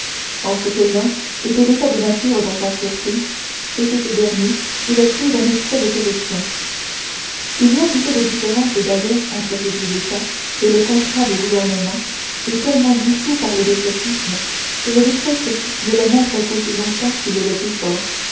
en ce que l'un était l'état de nature dans sa pureté et que ce dernier est le fruit d'un excès de corruption il y a si peu de différence d'ailleurs entre ces deux états et le contrat de gouvernement est tellement dissous par le despotisme que le despote n'est le maître qu'aussi longtemps qu'il est le plus fort